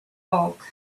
bulk